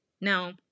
Now